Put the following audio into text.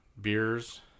beers